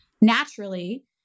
naturally